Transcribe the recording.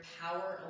power